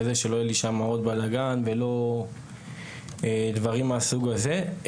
שלא יהיה לי שם עוד בלאגן ודברים מהסוג הזה.